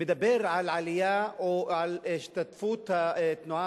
מדבר על עלייה או על השתתפות התנועה